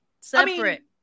separate